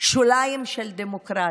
שוליים של דמוקרטיה.